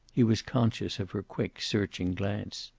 he was conscious of her quick, searching glance.